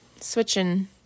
switching